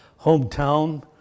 hometown